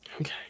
Okay